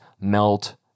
melt